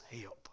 help